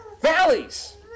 Valleys